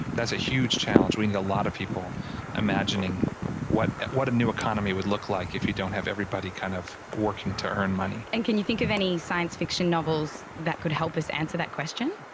that's a huge challenge. we need a lot of people imagining what what a new economy would look like if you don't have everybody kind of working to earn money. and can you think of any science fiction novels that could help us answer that question?